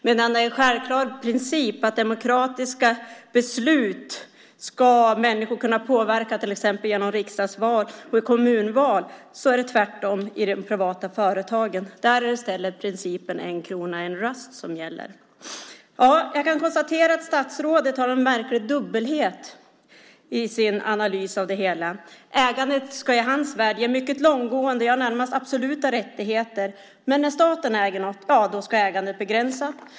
Medan det är en självklar princip att människor ska kunna påverka demokratiska beslut genom till exempel riksdagsval och kommunval, är det tvärtom i de privata företagen. Där är det i stället principen en krona-en röst som gäller. Jag kan konstatera att statsrådet har en märklig dubbelhet i sin analys av det hela. Ägandet ska i hans värld ge mycket långtgående, ja, närmast absoluta rättigheter, men när staten äger något ska ägandet begränsas.